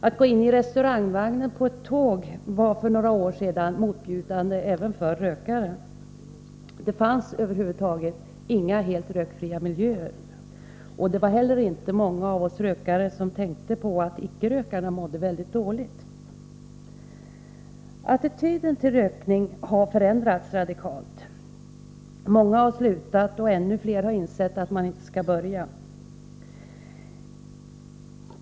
Att gå in i restaurangvagnen på ett tåg var för några år sedan motbjudande även för rökare. Det fanns över huvud taget inga helt rökfria miljöer. Det var inte heller många av oss rökare som tänkte på att icke-rökarna mådde mycket dåligt. Attityderna till rökning har förändrats radikalt. Många har slutat och ännu fler har insett att man inte skall börja.